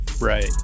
right